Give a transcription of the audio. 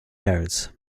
yards